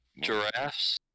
giraffes